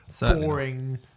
boring